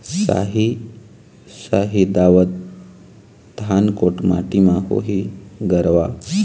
साही शाही दावत धान कोन माटी म होही गरवा?